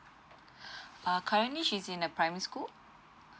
err currently she's in a primary school